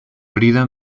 herida